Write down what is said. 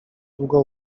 długo